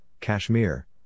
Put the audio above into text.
Kashmir